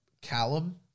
Callum